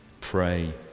pray